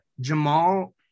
Jamal